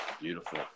Beautiful